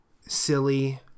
silly